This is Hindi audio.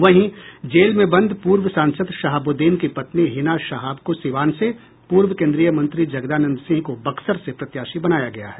वहीं जेल में बंद पूर्व सांसद शहाबुद्दीन की पत्नी हिना शहाब को सिवान से पूर्व केन्द्रीय मंत्री जगदानंद सिंह को बक्सर से प्रत्याशी बनाया गया है